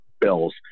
bills